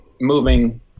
moving